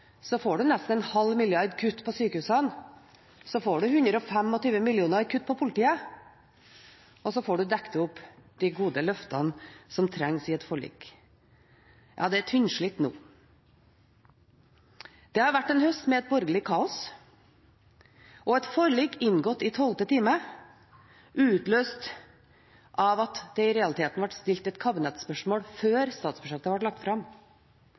så får en nesten en halv milliard kroner til kutt i sykehusene, så får en 125 mill. kr til kutt i politiet, og så får en dekket opp de gode løftene som trengs i et forlik. – Ja, det er tynnslitt nå. Det har vært en høst med et borgerlig kaos og et forlik inngått i tolvte time utløst av at det i realiteten ble stilt et kabinettsspørsmål før statsbudsjettet ble lagt fram.